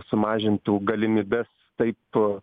sumažintų galimybes taip